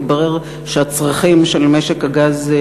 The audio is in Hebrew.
התברר שהצרכים של משק הגז,